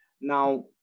Now